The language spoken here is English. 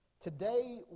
Today